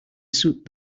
suit